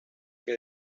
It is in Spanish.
que